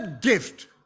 gift